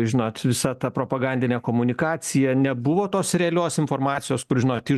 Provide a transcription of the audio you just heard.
žinot visa ta propagandinė komunikacija nebuvo tos realios informacijos kur žinot iš